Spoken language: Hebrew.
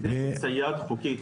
כדי שצייד חוקי,